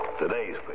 Today's